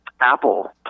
Apple